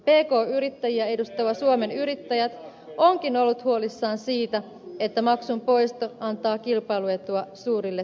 pk yrittäjiä edustava suomen yrittäjät onkin ollut huolissaan siitä että maksun poisto antaa kilpailuetua suurille työllistäjille